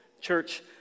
Church